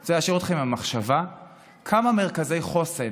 אני רוצה להשאיר אתכם עם המחשבה כמה מרכזי חוסן